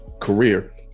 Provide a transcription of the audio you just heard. career